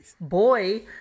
boy